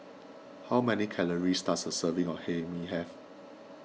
how many calories does a serving of Hae Mee have